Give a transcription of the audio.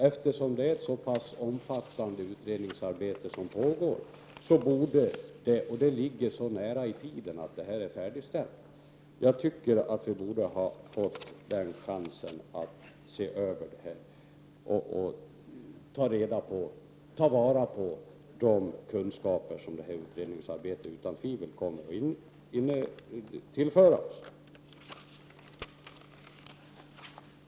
Eftersom det pågår ett ganska omfattande utredningsarbete vars resultat ligger nära i tiden, tycker jag att vi borde ha fått chansen att ta vara på de kunskaper som utredningsarbetet utan tvivel kommer att tillföra oss.